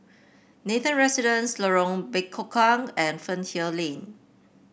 Nathan Residences Lorong Bekukong and Fernvale Lane